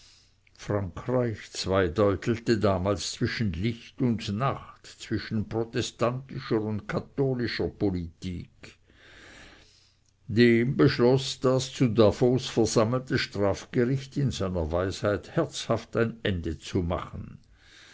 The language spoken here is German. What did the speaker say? frankreich zweideutelte damals zwischen licht und nacht zwischen protestantischer und katholischer politik dem beschloß das zu davos versammelte strafgericht in seiner weisheit herzhaft ein ende zu machen